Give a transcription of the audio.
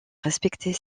respecter